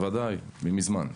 בוודאי, ממזמן.